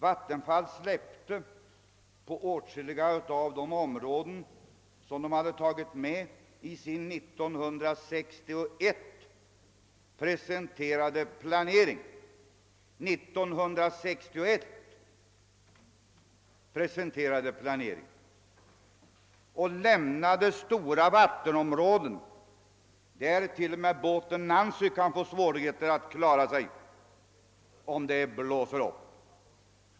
Vattenfall släppte åtskilliga av de områden, som man tagit med i sin år 1961 presenterade planering, och lämnade stora vattenområden, där till och med båten Nancy kan få svårigheter att klara sig, om det blåser upp.